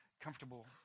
comfortable